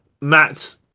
Matt